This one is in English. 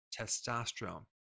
testosterone